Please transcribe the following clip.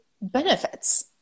benefits